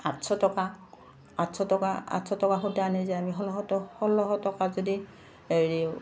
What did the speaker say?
আঠশ টকা আঠশ টকা আঠশ টকা সূতা আনি যে আমি ষোল্ল ষোল্লশ টকাত যদি হেৰি